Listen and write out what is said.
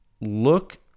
look